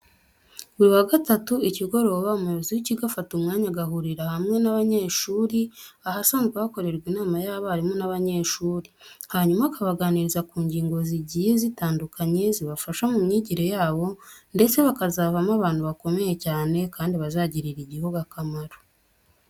Buri wa gatatu ikigoroba, umuyobozi w'ikigo afata umwanya aguhurira hamwe n'abanyeshuri ahasanzwe hakorerwa inama y'abarimu n'abanyeshuri, hanyuma akabaganariza ku ngingo zigiye zitandukanye, zabafasha mu myigire yabo ndetse bakazavamo abantu bakomeye cyane kandi bazagirira igihugu akamaro.